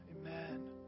Amen